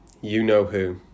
you-know-who